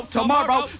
Tomorrow